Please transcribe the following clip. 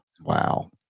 wow